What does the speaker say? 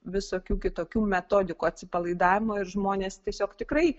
visokių kitokių metodikų atsipalaidavimo ir žmonės tiesiog tikrai